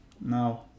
No